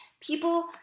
People